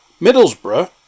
Middlesbrough